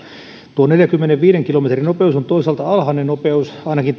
tuo neljänkymmenenviiden kilometrin nopeus on toisaalta alhainen nopeus ainakin